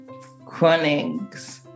chronics